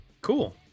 Cool